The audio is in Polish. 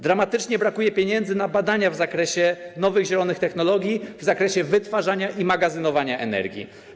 Dramatycznie brakuje pieniędzy na badania w zakresie nowych zielonych technologii i w zakresie wytwarzania i magazynowania energii.